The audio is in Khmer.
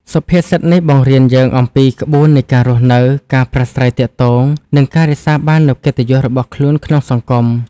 សុភាសិតនេះបង្រៀនយើងអំពីក្បួននៃការរស់នៅ ការប្រាស្រ័យទាក់ទង និងការរក្សាបាននូវកិត្តិយសរបស់ខ្លួនក្នុងសង្គម។